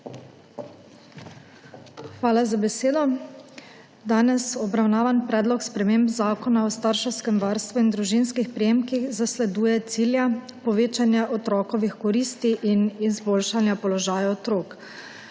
Hvala za besedo. Danes obravnavan predlog sprememb zakona o starševskem varstvu in družinskih prejemkih zasleduje cilja povečanja otrokovih koristi in izboljšanja položaja otrok.